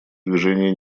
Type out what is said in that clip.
движения